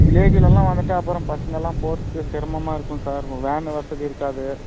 வில்லேஜ்லலாவந்துவிட்டா அப்புறம் பசங்களாக போகறதுக்கு சிரமமாக இருக்கும் சார் வேனு வசதி இருக்காது